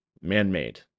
Man-made